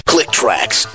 ClickTracks